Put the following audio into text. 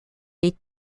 les